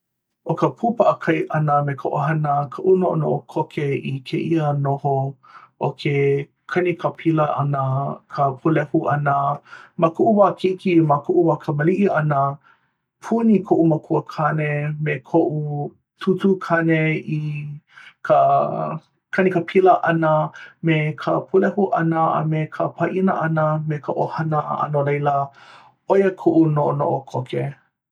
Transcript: ʻo ka pū paʻakai ʻana me ka ʻohana kaʻu noʻonoʻo koke i kēia noho ʻo ke kanikapila ʻana ka pūlehu ʻana ma koʻu wā keiki ma koʻu wā kamaliʻi ʻana puni koʻu makuakāne me koʻu tūtū kāne i ka ka kanikapila ʻana me ka pulehu ʻana a me ka pāʻina ʻana me ka ʻohana a no laila ʻoia koʻu noʻonoʻo koke